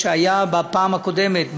מה שהיה בפעם הקודמת,